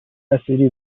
نصیری